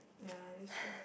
ya that's sure